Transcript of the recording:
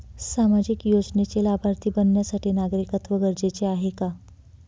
सामाजिक योजनेचे लाभार्थी बनण्यासाठी नागरिकत्व गरजेचे आहे का?